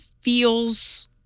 feels